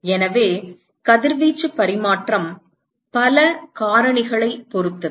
எனவே கதிர்வீச்சு பரிமாற்றம் பல காரணிகளைப் பொறுத்தது